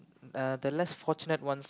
uh the less fortunate ones